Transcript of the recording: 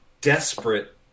desperate